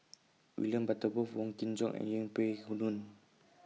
William Butterworth Wong Kin Jong and Yeng Pway Ngon